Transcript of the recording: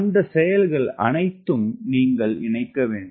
அந்த செயல்கள் அனைத்தும் நீங்கள் இணைக்க வேண்டும்